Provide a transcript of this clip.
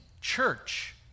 church